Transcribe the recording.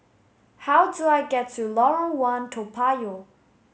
how do I get to Lorong one Toa Payoh